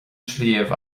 sliabh